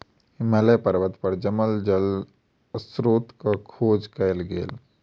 हिमालय पर्वत पर जमल जल स्त्रोतक खोज कयल गेल